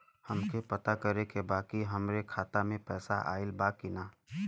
हमके पता करे के बा कि हमरे खाता में पैसा ऑइल बा कि ना?